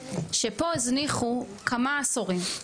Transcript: שפה הזניחו כמה עשורים,